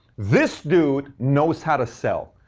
this dude knows how to sell.